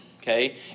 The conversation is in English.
okay